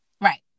Right